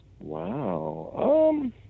Wow